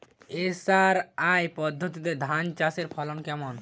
SRI পদ্ধতি ধান চাষের ফলন কেমন?